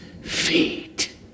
feet